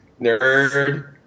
Nerd